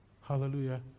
Hallelujah